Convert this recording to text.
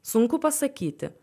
sunku pasakyti